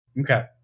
Okay